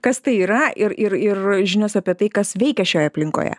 kas tai yra ir ir žinios apie tai kas veikia šioje aplinkoje